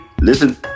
Listen